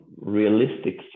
realistic